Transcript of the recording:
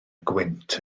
gwynt